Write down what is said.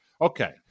Okay